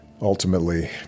ultimately